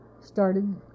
started